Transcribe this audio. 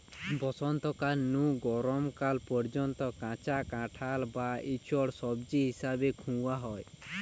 বসন্তকাল নু গরম কাল পর্যন্ত কাঁচা কাঁঠাল বা ইচোড় সবজি হিসাবে খুয়া হয়